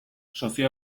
sozio